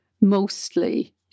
mostly